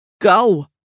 Go